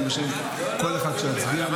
גם בשם כל אחד שיצביע.